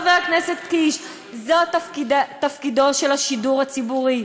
חבר הכנסת קיש: זה תפקידו של השידור הציבורי.